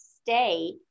stay